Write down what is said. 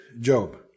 Job